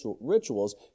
rituals